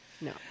no